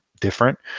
different